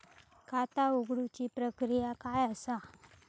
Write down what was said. खाता उघडुची प्रक्रिया काय असा?